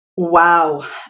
Wow